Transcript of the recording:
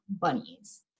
bunnies